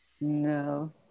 No